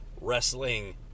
wrestling